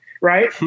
right